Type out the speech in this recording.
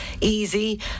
easy